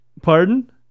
pardon